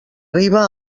riba